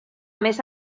més